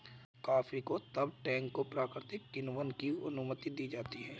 coffee को तब टैंकों प्राकृतिक किण्वन की अनुमति दी जाती है